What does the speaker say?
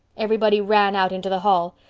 everybody ran out into the hall.